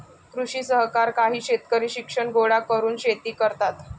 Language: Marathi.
कृषी सहकार काही शेतकरी शिक्षण गोळा करून शेती करतात